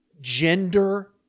gender